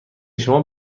شما